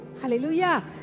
Hallelujah